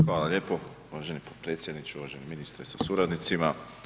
Hvala lijepo uvaženi potpredsjedniče, uvaženi ministre sa suradnicima.